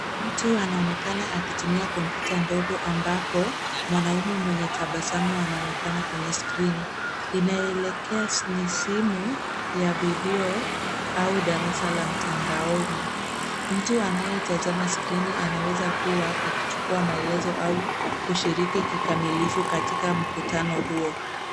Mtu anaonekana akitumia kompyuta ndogo ambapo mwanamume mwenye tabasamu anaonekana kwenye skrini. Inaelekea ni simu ya video au darasa la mtandaoni. Mtu anayetazama skrini anaweza kuwa akichukua maelezo au kushiriki kikamilifu katika mkutano huo.